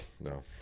no